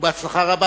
ובהצלחה רבה.